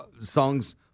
songs